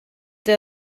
der